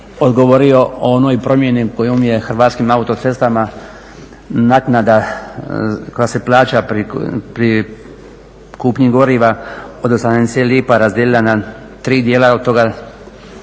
odgovorio o onoj promjeni kojom je Hrvatskim autocestama naknada koja se plaća pri kupnji goriva od 60 lipa razdijelila na tri dijela i od toga